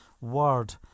Word